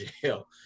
jail